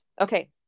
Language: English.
Okay